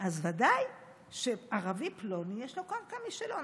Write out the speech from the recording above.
אז ודאי שערבי פלוני, יש לו קרקע משלו.